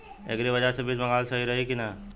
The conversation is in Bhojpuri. एग्री बाज़ार से बीज मंगावल सही रही की ना?